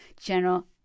General